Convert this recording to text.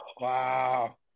Wow